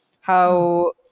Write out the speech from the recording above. how-